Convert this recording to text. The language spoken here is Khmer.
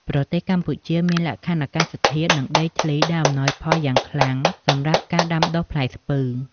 ប្រទេសកម្ពុជាមានលក្ខខណ្ឌអាកាសធាតុ និងដីធ្លីដែលអំណោយផលយ៉ាងខ្លាំងសម្រាប់ការដាំដុះផ្លែស្ពឺ។